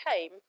came